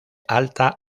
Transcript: alta